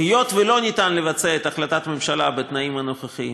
היות שאי-אפשר לבצע את החלטת הממשלה בתנאים הנוכחיים,